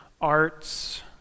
arts